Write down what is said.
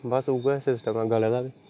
बस उ'यै सिस्टम ऐ गले दा बी